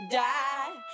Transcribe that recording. die